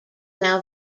now